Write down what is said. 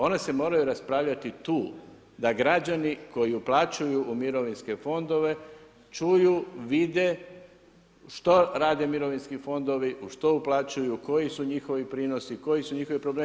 One se moraju raspravljati tu, da građani koji uplaćuju u mirovinske fondove, čuju vide, što rade mirovinski fondovi, u što uplaćuju, koji su njihovi prinosi, koji su njihovi problemi.